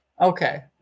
Okay